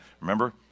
Remember